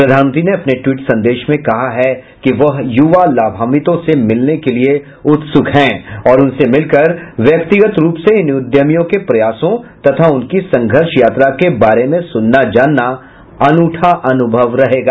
प्रधानमंत्री ने अपने ट्वीट संदेश में कहा है कि वह युवा लाभांवितों से मिलने के लिए उत्सुक हैं और उनसे मिलकर व्यक्तिगत रूप से इन उद्यमियों के प्रयासों तथा उनकी संघर्ष यात्रा के बारे में सुनना जानना अनूठा अनुभव रहेगा